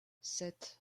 sept